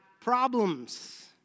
problems